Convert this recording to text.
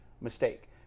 mistake